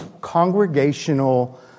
congregational